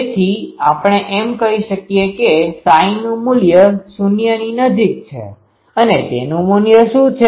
તેથી આપણે એમ કહી શકીએ કે નુ મૂલ્ય 0 ની નજીક છે અને તેનું મૂલ્ય શુ છે